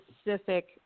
specific